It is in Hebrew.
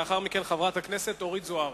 לאחר מכן, חברת הכנסת אורית זוארץ.